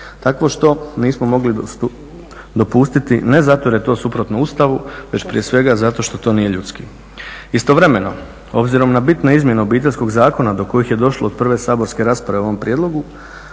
Takvo što nismo mogli dopustiti ne zato jer je to suprotno Ustavu već prije svega zato što to nije ljudski. Istovremeno obzirom na bitne izmjene Obiteljskog zakona do kojih je došlo od prve saborske rasprave o ovom prijedlogu